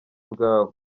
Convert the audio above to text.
bwawe